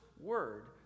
word